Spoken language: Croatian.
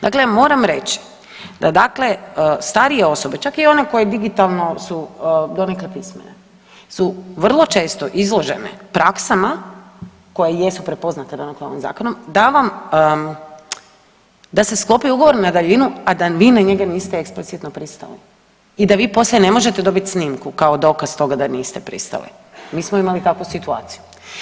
Dakle, moram reći da dakle starije osobe, čak i one koje digitalno su donekle pismene su vrlo često izložene praksama koje jesu prepoznate dakle ovim zakonom da se sklopi ugovor na daljinu, a da vi na njega niste eksplicitno pristali i da vi poslije ne možete dobit snimku kao dokaz toga da niste pristali, mi smo imali takvu situaciju.